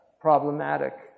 problematic